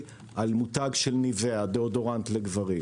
על מותג של Nivea של דיאודורנט לגברים.